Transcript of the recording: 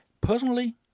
personally